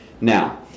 now